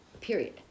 period